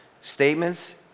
statements